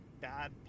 bad